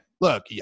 look